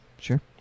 Sure